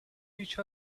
each